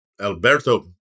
Alberto